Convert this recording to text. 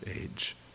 age